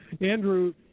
Andrew